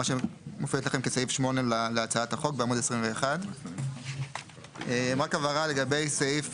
מה שמופיע לכם כסעיף 8 להצעת החוק בעמוד 21. רק הבהרה לגבי סעיף